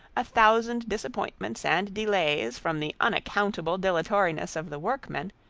a thousand disappointments and delays from the unaccountable dilatoriness of the workmen,